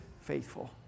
faithful